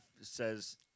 says